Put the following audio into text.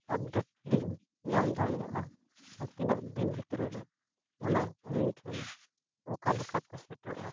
update ᱞᱤᱧ ᱧᱟᱢ ᱫᱟᱲᱮᱭᱟᱜᱼᱟ ᱟᱨ ᱛᱤᱱᱟᱹᱜ ᱫᱤᱱ ᱵᱷᱤᱛᱨᱤ ᱨᱮ ᱚᱱᱟ ᱟᱹᱞᱤᱧ ᱴᱷᱮᱱ ᱚᱠᱟ ᱞᱮᱠᱟᱛᱮ ᱥᱮᱴᱮᱨᱚᱜᱼᱟ